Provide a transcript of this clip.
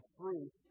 truth